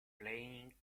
playing